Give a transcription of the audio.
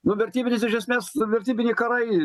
nu vertybinis iš esmės vertybiniai karai